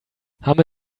haben